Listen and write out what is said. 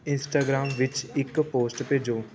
Instagram ਵਿੱਚ ਇੱਕ post ਭੇਜੋ